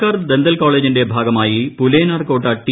സർക്കാർ ഡെന്റൽ കോളേജിന്റെ ഭാഗമായി പുലയനാർകോട്ട ടി